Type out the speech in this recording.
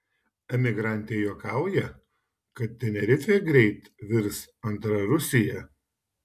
emigrantė juokauja kad tenerifė greit virs antra rusija